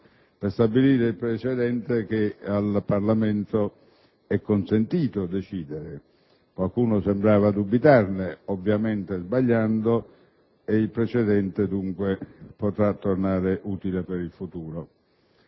per stabilire il precedente che al Parlamento è consentito decidere. Qualcuno sembrava dubitarne - ovviamente sbagliando - e il precedente potrà dunque tornare utile per il futuro.